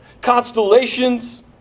Constellations